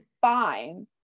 fine